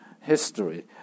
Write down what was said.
history